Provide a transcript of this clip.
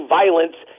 violence